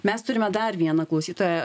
mes turime dar vieną klausytoją